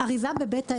מספיק,